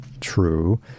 true